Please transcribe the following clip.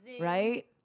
Right